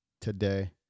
today